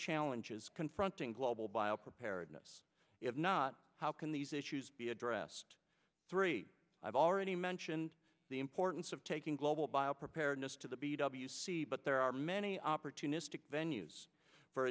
challenges confronting global bio preparedness if not how can these issues be addressed three i've already mentioned the importance of taking global bio preparedness to the b w c but there are many opportunistic venues for